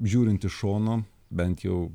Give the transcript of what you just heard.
žiūrint iš šono bent jau